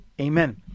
Amen